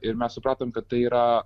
ir mes supratom kad tai yra